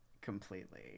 completely